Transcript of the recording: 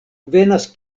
venas